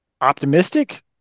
optimistic